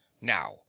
Now